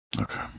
Okay